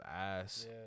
ass